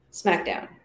smackdown